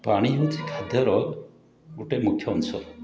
ପାଣି ହେଉଛି ଖାଦ୍ୟର ଗୋଟେ ମୁଖ୍ୟ ଅଂଶ